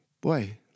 boy